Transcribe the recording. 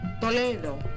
Toledo